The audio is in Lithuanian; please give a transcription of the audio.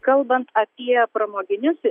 kalbant apie pramoginius